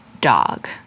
dog